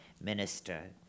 Minister